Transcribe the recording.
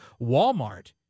Walmart